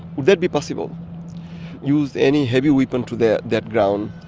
would that be possible use any heavy weapon to there, that ground,